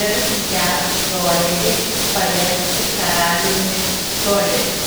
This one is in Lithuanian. ir jav dolerį paversti karaliumi doleriu